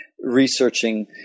researching